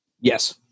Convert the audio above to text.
Yes